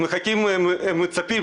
הם מצפים